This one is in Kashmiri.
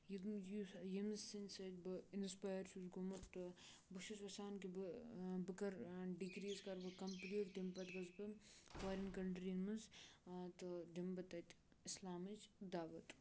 یہِ یُس ییٚمِس سٕنٛدۍ سۭتۍ بہٕ اِنسپایر چھُس گوٚمُت تہٕ بہٕ چھُس یژھان کہِ بہٕ بہٕ کَرٕ ڈِگریٖز کَرٕ بہٕ کَمپلیٖٹ تیٚمہِ پَتہٕ گژھٕ بہٕ فارِن کَنٹِرٛی یَن منٛز تہٕ دِمہِ بہٕ تَتہِ اِسلامٕچ دعوت